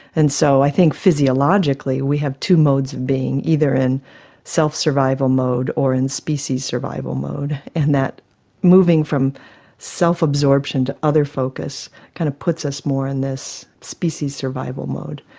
and so i think physiologically we have two modes of being, either in self-survival mode or in species survival mode, and that moving from self-absorption to other-focus kind of puts us more in this species survival mode.